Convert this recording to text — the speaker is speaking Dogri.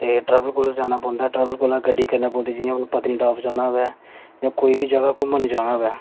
ते ट्रैवल कोल जाना पौंदा ट्रैवल कोल गड्डी करनी पौंदी जियां हून पत्नीटॉप जाना होवै जां कोई बी जगह घूमन जाना होवे